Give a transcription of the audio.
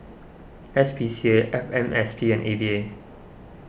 S P C A F M S P and A V A